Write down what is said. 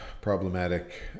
problematic